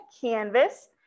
Canvas